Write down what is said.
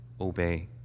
obey